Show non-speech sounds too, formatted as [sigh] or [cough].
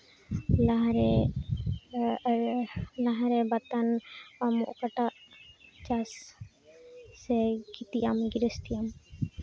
ᱞᱟᱦᱟᱨᱮ ᱞᱟᱦᱟᱨᱮ ᱵᱟᱛᱟᱱ ᱟᱢ ᱚᱠᱟᱴᱟᱜ ᱪᱟᱥ ᱥᱮ ᱠᱷᱮᱛᱤᱭᱟᱢ [unintelligible]